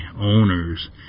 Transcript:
owners